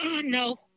No